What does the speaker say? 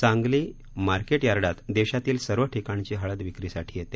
Sangli market यार्डात देशातील सर्व ठिकाणची हळद विक्रीसाठी येते